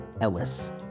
Ellis